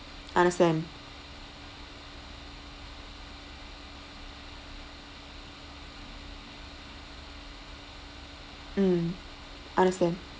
understand mm understand